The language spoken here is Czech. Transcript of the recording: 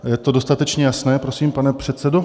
Je to dostatečně jasné, prosím, pane předsedo?